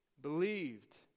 believed